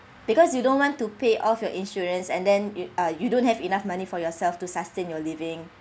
because you don't want to pay off your insurance and then you ah you don't have enough money for yourself to sustain your living